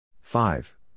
Five